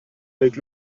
avec